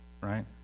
right